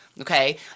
Okay